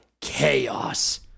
chaos